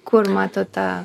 kur matot tą